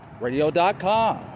Radio.com